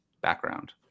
background